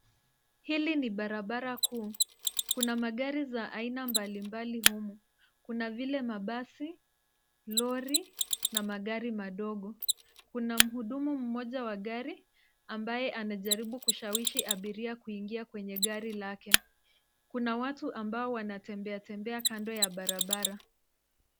Hili ni barabara kuu. Kuna magari za aina mbalimbali humu. Kuna vile mabasi, lori na magari madogo. Kuna mhudumu mmoja wa gari ambaye anajaribu kushawishi abiria kuingia kwenye gari lake. Kuna watu ambao wanatembea tembea kando ya barabara.